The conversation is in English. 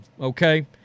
okay